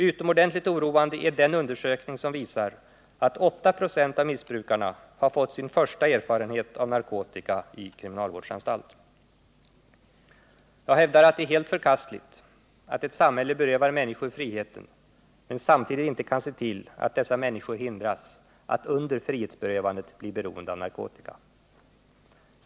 Utomordentligt oroande är den undersökning som visar att 8 26 av missbrukarna har fått sin första erfarenhet av narkotika i kriminalvårdsanstalt. Jag hävdar att det är helt förkastligt att ett samhälle berövar människor friheten utan att samtidigt kunna se till att dessa människor hindras att under frihetsberövandet bli beroende av narkotika.